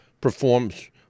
performs